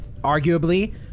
arguably